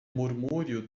murmúrio